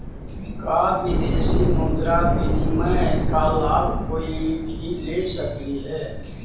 का विदेशी मुद्रा विनिमय का लाभ कोई भी ले सकलई हे?